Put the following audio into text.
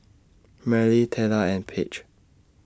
Merle Teela and Page